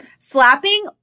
slapping